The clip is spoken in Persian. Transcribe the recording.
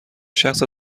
شخص